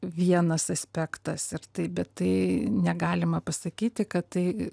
vienas aspektas ir taip bet tai negalima pasakyti kad tai